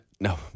no